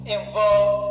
involved